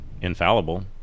infallible